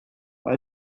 but